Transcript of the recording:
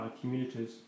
communities